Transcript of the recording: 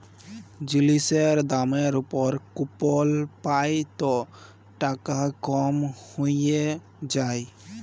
জিলিসের দামের উপর কুপল পাই ত টাকা কম হ্যঁয়ে যায়